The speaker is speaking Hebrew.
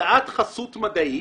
הרצאת חסות מדעית,